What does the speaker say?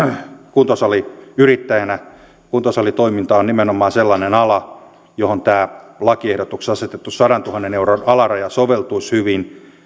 kuntosaliyrittäjänä kuntosalitoiminta on nimenomaan sellainen ala johon tämä lakiehdotuksessa asetettu sadantuhannen euron alaraja soveltuisi hyvin